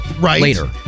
later